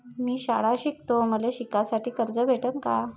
मी शाळा शिकतो, मले शिकासाठी कर्ज भेटन का?